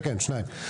כן, שניים.